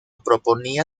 proponía